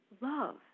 love